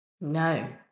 No